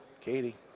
Katie